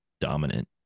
dominant